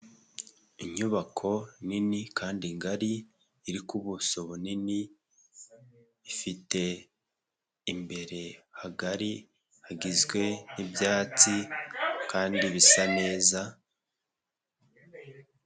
Inyubako nini kandi ngari iri ku buso bunini, ifite imbere hagari hagizwe n'ibyatsi kandi bisa neza...